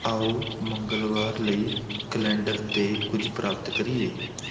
ਆਓ ਮੰਗਲਵਾਰ ਲਈ ਕੈਲੰਡਰ 'ਤੇ ਕੁਝ ਪ੍ਰਾਪਤ ਕਰੀਏ